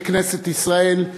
בכנסת ישראל,